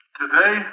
today